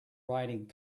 writing